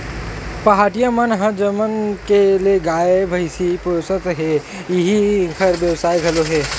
पहाटिया मन ह जनम ले गाय, भइसी पोसत हे इही ह इंखर बेवसाय घलो हे